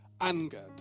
angered